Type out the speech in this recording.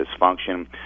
dysfunction